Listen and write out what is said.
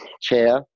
Chair